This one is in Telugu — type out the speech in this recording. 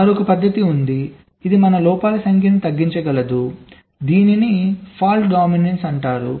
మరొక పద్ధతి ఉంది ఇది మనం లోపాల సంఖ్యను తగ్గించగలదు దీనిని తప్పు ఆధిపత్యం అంటారు